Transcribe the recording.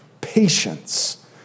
patience